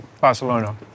Barcelona